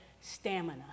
stamina